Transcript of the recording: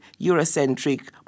Eurocentric